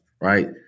right